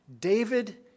David